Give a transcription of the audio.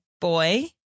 boy